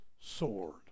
sword